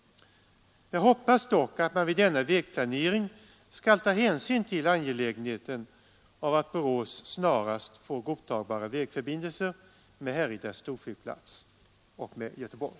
Jag hoppas dock att man vid denna vägplanering skall ta hänsyn till angelägenheten av att Borås snarast får godtagbara vägförbindelser med Härryda storflygplats och med Göteborg.